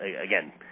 again